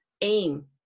aim